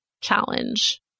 challenge